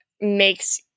makes